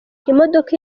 imodoka